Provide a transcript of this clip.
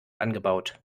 angebaut